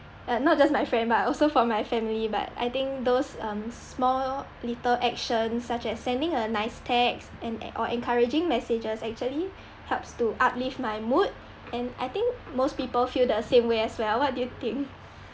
uh not just my friend but also for my family but I think those um small little actions such as sending a nice text and or encouraging messages actually helps to uplift my mood and I think most people feel the same way as well what do you think